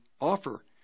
offer